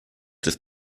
des